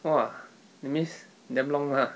!wah! that means damn long ah